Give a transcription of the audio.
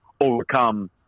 overcome